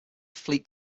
fleet